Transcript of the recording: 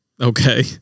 Okay